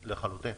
לחלוטין.